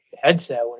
headset